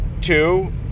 two